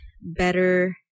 better